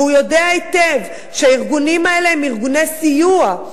והוא יודע היטב שהארגונים האלה הם ארגוני סיוע,